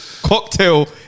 cocktail